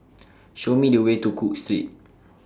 Show Me The Way to Cook Street